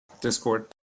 Discord